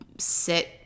sit